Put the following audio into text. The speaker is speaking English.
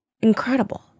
incredible